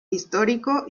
histórico